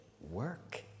work